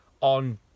on